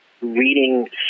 reading